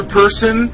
person